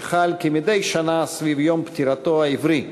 שחל כמדי שנה סביב יום פטירתו העברי,